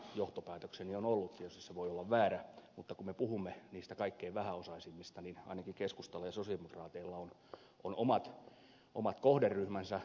oma johtopäätökseni on ollut ja tietysti se voi olla väärä että kun me puhumme niistä kaikkein vähäosaisimmista niin ainakin keskustalla ja sosialidemokraateilla on omat kohderyhmänsä